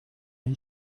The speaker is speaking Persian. این